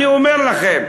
אני אומר לכם: